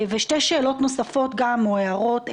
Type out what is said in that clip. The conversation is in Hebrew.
ושתי שאלות נוספות גם או הערות אליכם.